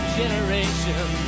generation